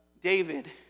David